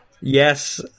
Yes